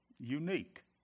unique